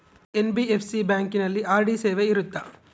NBFC ಬ್ಯಾಂಕಿನಲ್ಲಿ RD ಸೇವೆ ಇರುತ್ತಾ?